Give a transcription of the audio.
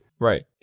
Right